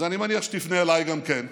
אז אני מניח שתפנה אליי גם כן.